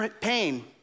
pain